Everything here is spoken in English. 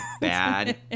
bad